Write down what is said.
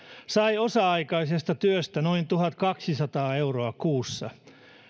sai osa aikaisesta työstä noin tuhatkaksisataa euroa kuussa